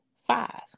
five